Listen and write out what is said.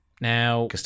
Now